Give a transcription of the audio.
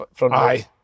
aye